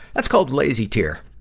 that's called lazy tear.